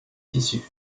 tissus